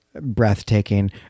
breathtaking